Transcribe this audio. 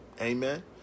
Amen